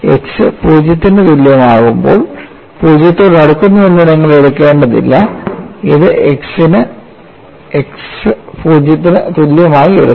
X 0 ന് തുല്യമാകുമ്പോൾ പൂജ്യത്തോട് അടുക്കുന്നു എന്ന നിങ്ങൾ ഇത് എടുക്കേണ്ടതില്ല ഇത് x 0 ന് തുല്യമായി എടുക്കുക